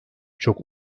çok